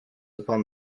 upon